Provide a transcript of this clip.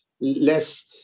less